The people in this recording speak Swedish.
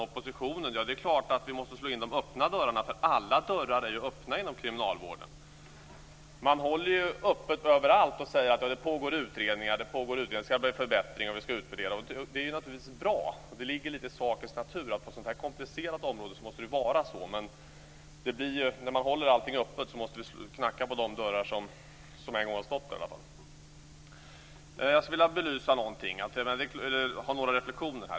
Det är klart att vi måste slå in de öppna dörrarna, eftersom alla dörrar är öppna inom kriminalvården. Man håller öppet överallt och säger att det pågår utredningar att det ska bli förbättringar. Det är naturligtvis bra. Det ligger lite i sakens natur att det måste vara så på ett så pass komplicerat område. Men när man håller allting öppet måste vi i varje fall knacka på de dörrar som en gång har stått där. Jag har några reflexioner.